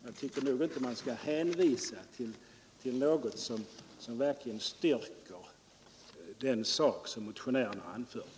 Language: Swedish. Jag tycker inte man skall motivera ett avslag med att hänvisa till något som styrker den sak som motionärerna anfört.